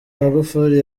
magufuli